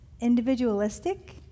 individualistic